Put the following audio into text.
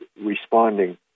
responding